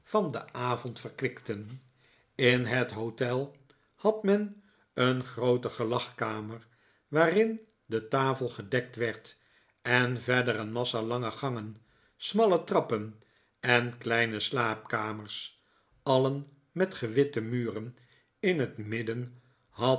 van den avond verkwikten in het hotel had men een groote gelagkamer waarin de tafel gedekt werd en verder een massa lange gangen smalle trappen en kleine slaapkamers alien met gewitte muren in het midden